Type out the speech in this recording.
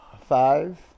Five